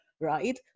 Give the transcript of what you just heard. right